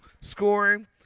scoring